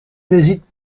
n’hésite